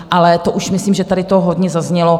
Ale to už myslím, že tady to hodně zaznělo.